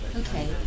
Okay